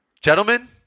Gentlemen